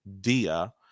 dia